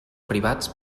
privats